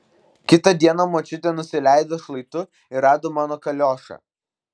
kitą dieną močiutė nusileido šlaitu ir rado mano kaliošą